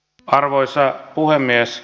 arvoisa puhemies